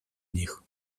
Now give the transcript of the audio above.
них